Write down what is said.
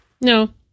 No